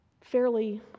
fairly